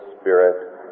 spirit